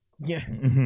Yes